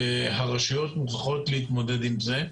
הרשויות מוכרחות להתמודד עם זה,